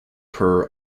per